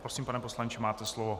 Prosím, pane poslanče, máte slovo.